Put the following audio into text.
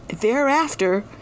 Thereafter